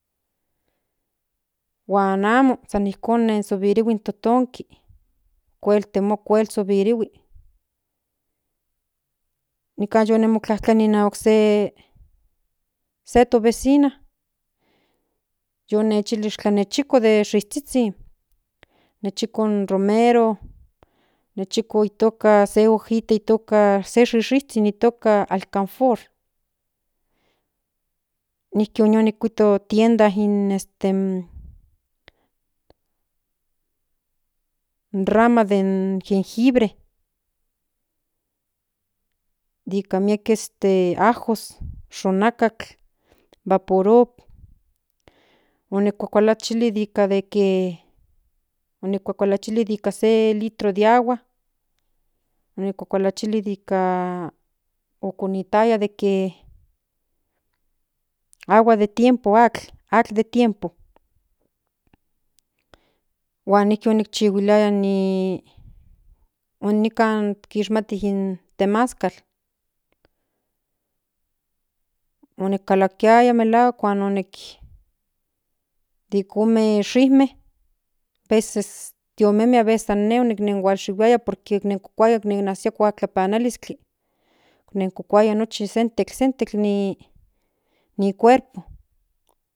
Huan amo san nijk0on subirihui in totoki kuel temua kuel subirihui nikan yo motlaktlani inahuak se se to vecino onichili tlachiko de shizuizhin nochi kon romero se itoka se suisuizhin itoka alkanfor nijki onia nikuito tienda in este in rama den jenjibre nika este ajos xonaktl vapo rup onikuachili nika de ke onikuachilchili nika se litro de agua onikuachilachili ika okonituaya de que agua de tiempo atl de tiempo huan nijki onichihuiliaya ni onikan kishmati in temascal onikalikiaya melahuak huan onijke ome shime ome veces ine onihualshihuaya por que onekaukay okinasia in tlapanalizkli nen kuakaya nochi sentek sentek ni cuerpo.